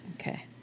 Okay